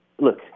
Look